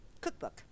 Cookbook